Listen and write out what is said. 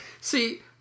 See